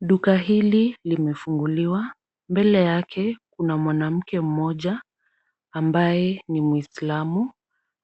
Duka hili limefunguliwa. Mbele yake kuna mwanamke mmoja ambaye ni muislamu.